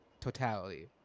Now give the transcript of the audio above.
totality